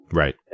right